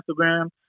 Instagram